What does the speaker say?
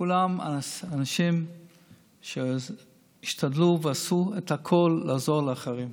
כולם אנשים שהשתדלו ועשו את הכול לעזור לאחרים.